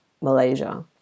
Malaysia